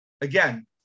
Again